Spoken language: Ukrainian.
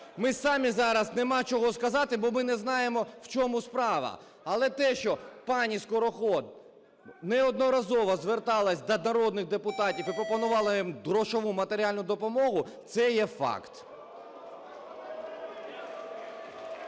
Ми самі зараз, немає чого сказати, бо ми не знаємо, в чому справа. Але те, що пані Скороход неодноразово зверталась до народних депутатів і пропонувала їм грошову матеріальну допомогу, це є факт.